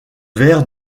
ver